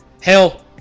hell